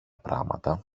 πράματα